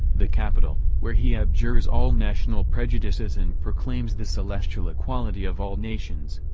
the capital, where he abjures all national prejudices and proclaims the celestial equality of all nations,